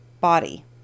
body